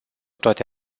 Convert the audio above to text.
toate